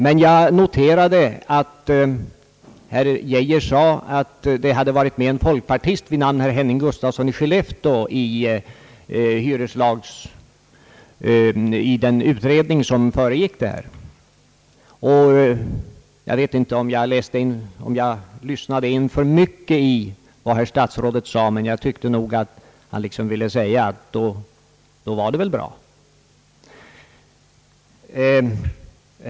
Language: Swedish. Men jag noterade att herr Geijer sade, att en folkpartist vid namn herr Henning Gustafsson i Skellefteå hade deltagit i den utredning som föregick detta. Jag vet inte om jag lyssnade in för mycket av vad herr statsrådet menade, men jag tyckte han ville säga, att då var det väl bra.